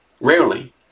Rarely